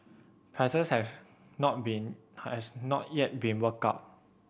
prices have not been has not yet been worked out